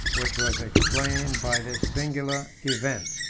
which was explained by this singular event.